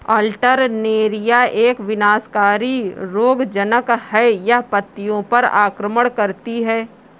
Alternaria एक विनाशकारी रोगज़नक़ है, यह पत्तियों पर आक्रमण करती है